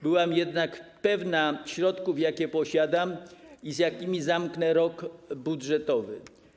Byłam jednak pewna środków, jakie posiadam i z jakimi zamknę rok budżetowy.